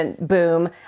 boom